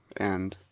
and